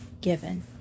given